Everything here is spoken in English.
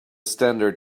standard